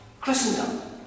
Christendom